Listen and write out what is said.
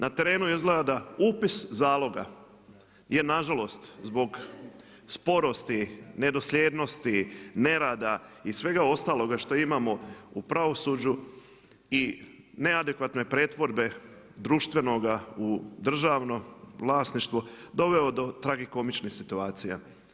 Na terenu izgleda da upis zaloga je na žalost zbog sporosti, nedosljednosti, nerada i svega ostaloga što imamo u pravosuđu i neadekvatne pretvorbe društvenoga u državno vlasništvo doveo do tragikomičnih situacija.